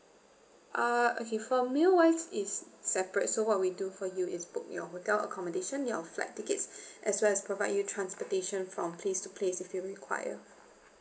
ah okay for meal wise is separate so what we do for you is book your hotel accommodation your flight tickets as well as provide you transportation from place to place if you require